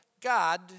God